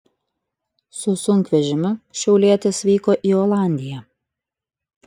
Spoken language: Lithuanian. su sunkvežimiu šiaulietis vyko į olandiją